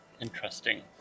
Interesting